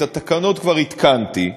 את התקנות כבר התקנתי,